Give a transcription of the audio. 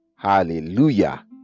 Hallelujah